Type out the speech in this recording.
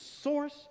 source